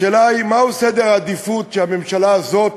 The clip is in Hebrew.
השאלה היא מהו סדר העדיפויות שאתו הממשלה הזאת